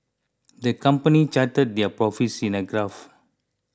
the company charted their profits in a graph